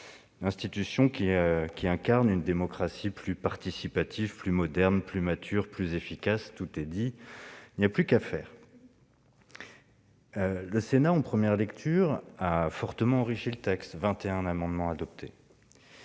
l'institution incarne une démocratie plus participative, plus moderne, plus mature, plus efficace. Tout est dit, il n'y a plus qu'à faire ! Le Sénat, en première lecture, a fortement enrichi le texte, 21 amendements ayant